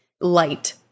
light